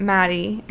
Maddie